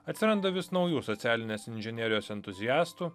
atsiranda vis naujų socialinės inžinerijos entuziastų